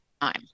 time